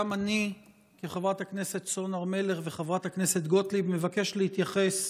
גם אני כחברת הכנסת סון הר מלך וחברת הכנסת גוטליב מבקש להתייחס